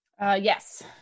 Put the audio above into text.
Yes